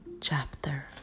Chapter